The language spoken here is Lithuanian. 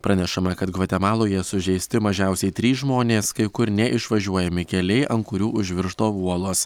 pranešama kad gvatemaloje sužeisti mažiausiai trys žmonės kai kur neišvažiuojami keliai ant kurių užvirto uolos